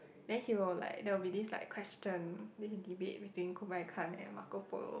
then he will like there will be this like question then he debate between Kublai Khan and Marco Polo